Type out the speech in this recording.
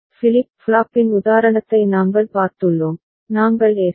flip ஃப்ளாப்பின் உதாரணத்தை நாங்கள் பார்த்துள்ளோம் நாங்கள் எஸ்